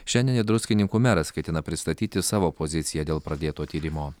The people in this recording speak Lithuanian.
šiandien ir druskininkų meras ketina pristatyti savo poziciją dėl pradėto tyrimo